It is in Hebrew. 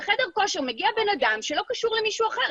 בחדר כושר מגיע בן אדם שלא קשור למישהו אחר,